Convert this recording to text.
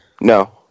No